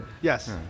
Yes